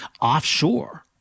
offshore